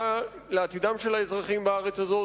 לעתידם של האזרחים בארץ הזאת.